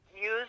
use